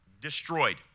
destroyed